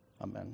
Amen